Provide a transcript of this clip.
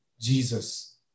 Jesus